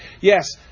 Yes